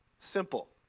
simple